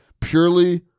purely